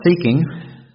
seeking